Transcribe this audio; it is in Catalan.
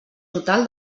total